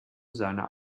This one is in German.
seiner